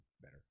better